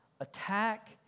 attack